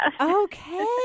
Okay